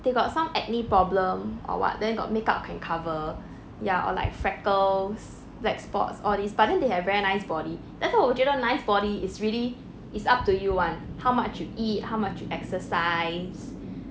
they got some acne problem or what then got makeup can cover ya or like freckles like spots all these but then they have very nice body that's why 我觉得 nice body is really it's up to you [one] how much you eat how much you exercise